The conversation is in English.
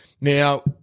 Now